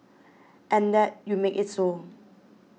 and that you make it so